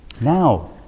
now